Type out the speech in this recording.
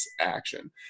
action